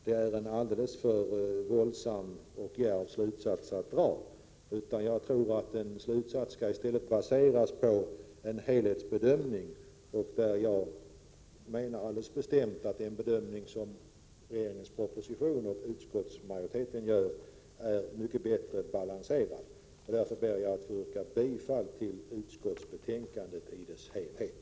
Det är en alldeles för våldsam och djärv slutsats. En slutsats skall i stället baseras på en helhetsbedömning, och jag menar bestämt att den bedömning som redovisas i propositionen och i majoritetens skrivning är mycket bättre balanserad. Jag ber att få yrka bifall till utskottets hemställan i dess helhet.